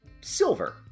silver